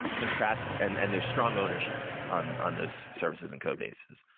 contrast and and there's strong ownership on on those services and code bases.